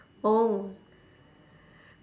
oh